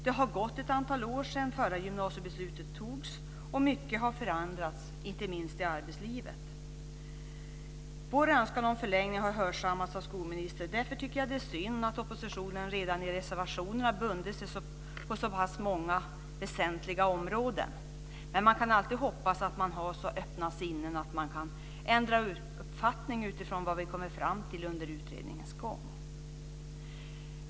Det har gått ett antal år sedan det förra gymnasiebeslutet fattades, och mycket har förändrats, inte minst i arbetslivet. Vår önskan om förlängning har hörsammats av skolministern. Därför tycker jag att det är synd att de i oppositionen redan i reservationerna har bundit sig på så pass många väsentliga områden, men man kan alltid hoppas att de har så öppna sinnen att de kan ändra uppfattning utifrån vad vi kommer fram till under utredningens gång.